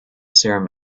serum